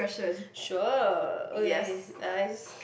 sure okay nice